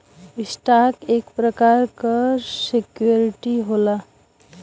stock एक प्रकार क सिक्योरिटी होला